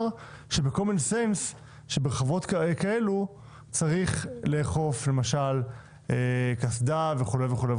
שבקומנסנס ברחבות כאלה צרי לאכוף למשל קסדה וכולי.